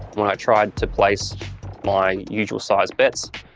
when i tried to place my usual sized bets,